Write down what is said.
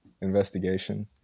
Investigation